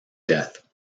death